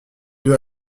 deux